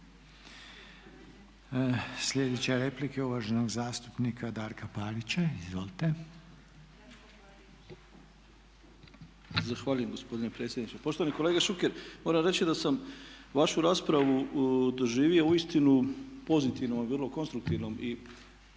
Sljedeća replika je uvaženog zastupnika Darka Parića, izvolite. **Parić, Darko (SDP)** Zahvaljujem gospodine predsjedniče. Poštovani kolega Šuker moram reći da sam vašu raspravu doživio uistinu pozitivnom, vrlo konstruktivnom i nisam